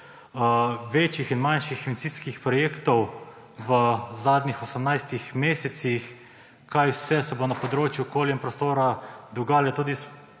večjih in manjših investicijskih projektov v zadnjih 18 mesecih, kaj vse se bo na področju okolja in prostora dogajalo tudi